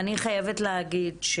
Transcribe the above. אני חייבת להגיד,